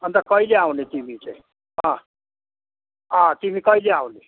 अन्त कहिले आउने तिमी चाहिँ अँ अँ तिमी कहिले आउने